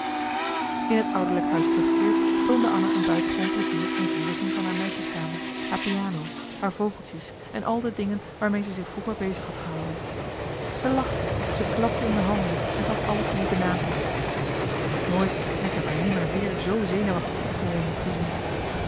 in het ouderlijk huis teruggekeerd toonde anna een buitengewoon plezier in het weerzien van haar marcellus emants een nagelaten bekentenis meisjeskamer haar piano haar vogeltjes en al de dingen waarmee zij zich vroeger bezig had gehouden ze lachte ze klapte in de handen en gaf alles lieve naampjes ik had haar nog nooit en ik heb haar nimmer weer z zenuwachtig opgewonden gezien